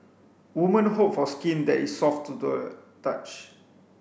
women hope for skin that is soft to the touch